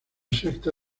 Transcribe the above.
secta